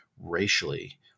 racially